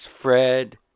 Fred